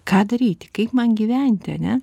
ką daryti kaip man gyventi ane